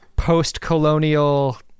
post-colonial